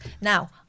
now